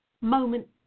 moment